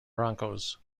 broncos